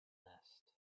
nest